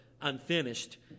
unfinished